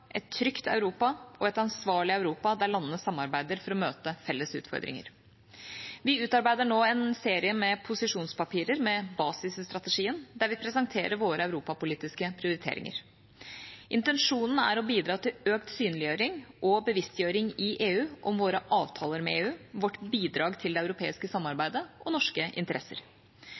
et trygt Europa og et ansvarlig Europa der landene samarbeider for å møte felles utfordringer. Vi utarbeider nå en serie posisjonspapirer – med basis i strategien – der vi presenterer våre europapolitiske prioriteringer. Intensjonen er å bidra til økt synliggjøring og bevisstgjøring i EU om våre avtaler med EU, vårt bidrag til det europeiske samarbeidet og norske interesser.